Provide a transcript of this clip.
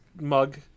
mug